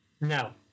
No